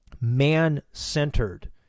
man-centered